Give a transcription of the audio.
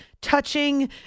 touching